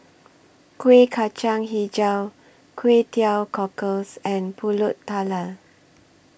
Kueh Kacang Hijau Kway Teow Cockles and Pulut Tatal